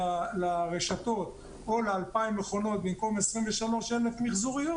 לרשתות או ל-2,000 מכונות במקום 23,000 מיחזוריות,